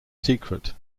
secret